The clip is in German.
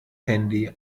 handy